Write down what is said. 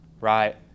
right